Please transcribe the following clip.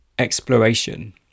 exploration